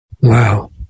Wow